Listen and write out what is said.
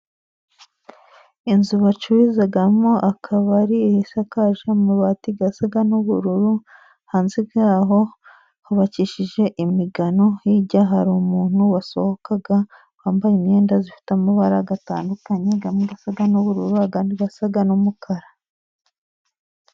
Inzu bacururizamo akabari isakaje amabati asa n'ubururu hanze yaho hubakishije imigano, hirya hari umuntu wasohokaga wambaye imyenda ifite amabara atandukanye imwe isa n'ubururu indi isa n'umukara.